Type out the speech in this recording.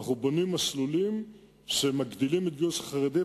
אנחנו בונים מסלולים שמגדילים את גיוס החרדים,